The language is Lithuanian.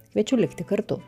kviečiu likti kartu